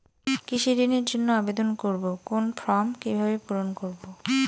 কৃষি ঋণের জন্য আবেদন করব কোন ফর্ম কিভাবে পূরণ করব?